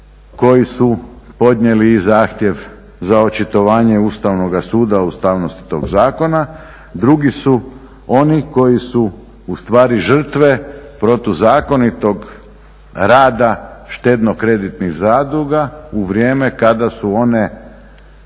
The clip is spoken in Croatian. koji su podnijeli i zahtjev za očitovanje Ustavnoga suda o ustavnosti tog zakona. Drugi su oni koji su ustvari žrtve protuzakonitog rada štedno-kreditnih zadruga u vrijeme kada su one